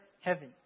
heaven